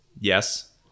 Yes